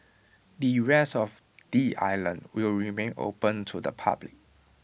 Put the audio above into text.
the rest of the island will remain open to the public